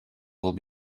will